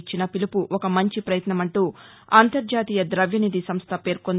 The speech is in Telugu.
ఇచ్చిన పిలుపు ఒక మంచి పయత్నమంటూ అంతర్జాతీయ దవ్యనిధి సంస్థ పేర్కొంది